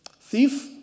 Thief